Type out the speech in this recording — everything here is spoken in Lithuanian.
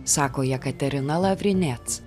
sako jekaterina lavrinec